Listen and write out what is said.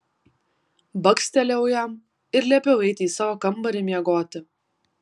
bakstelėjau jam ir liepiau eiti į savo kambarį miegoti